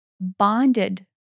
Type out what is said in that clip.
bonded